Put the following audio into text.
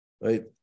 right